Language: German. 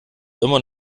immer